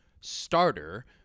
starter